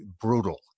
brutal